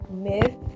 myth